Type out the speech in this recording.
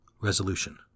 Resolution